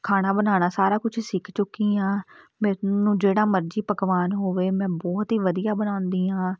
ਖਾਣਾ ਬਣਾਉਣਾ ਸਾਰਾ ਕੁਛ ਸਿੱਖ ਚੁੱਕੀ ਹਾਂ ਮੈਨੂੰ ਜਿਹੜਾ ਮਰਜ਼ੀ ਪਕਵਾਨ ਹੋਵੇ ਮੈਂ ਬਹੁਤ ਹੀ ਵਧੀਆ ਬਣਾਉਂਦੀ ਹਾਂ